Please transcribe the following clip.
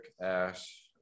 Ash